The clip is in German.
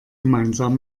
gemeinsam